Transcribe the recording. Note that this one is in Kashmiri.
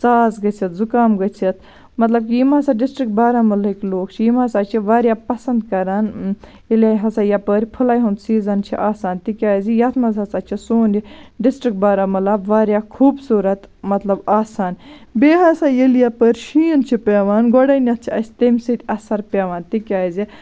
ژَاس گٔژِتھ زُکام گٔژِتھ مطلب کہِ یِم ہسا ڈِسٹرک بارہمُلہٕکۍ لُکھ چھِ یِم ہسا چھِ واریاہ پَسنٛد کران ییٚلہِ ہسا یَپٲرۍ پھٕلاے ہُند سیٖزَن چھُ آسان تِکیازِ یَتھ منٛز ہسا چھُ سون یہِ ڈِسٹرک بارہمُلہ واریاہ خوٗبصوٗرت مطلب آسان بیٚیہِ ہسا ییٚلہِ یَپٲرۍ شیٖن چھُ پیٚوان گۄڈٕنیٚتھ چھُ اَسہِ تَمہِ سۭتۍ اَثر پیٚوان تِکیازِ